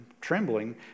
trembling